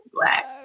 black